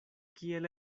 kiel